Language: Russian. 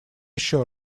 ещё